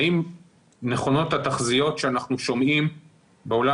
האם נכונות התחזיות שאנחנו שומעים בעולם